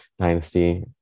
dynasty